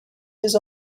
his